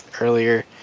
earlier